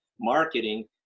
marketing